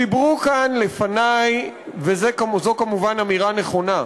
דיברו כאן לפני, וזו כמובן אמירה נכונה,